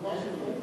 ההצעה להעביר את